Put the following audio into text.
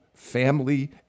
family